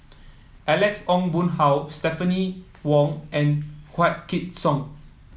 Alex Ong Boon Hau Stephanie Wong and Wykidd Song